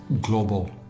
global